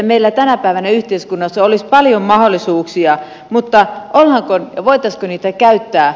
meillä tänä päivänä yhteiskunnassa olisi paljon mahdollisuuksia mutta voitaisiinko niitä käyttää